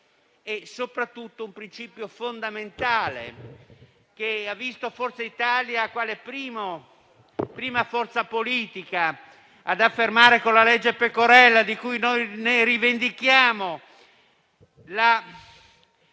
e soprattutto un principio fondamentale, che ha visto Forza Italia quale prima forza politica ad affermare con la legge Pecorella, di cui noi rivendichiamo